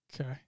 Okay